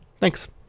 Thanks